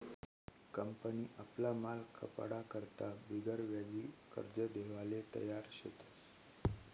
company आपला माल खपाडा करता बिगरव्याजी कर्ज देवाले तयार शेतस